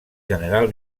general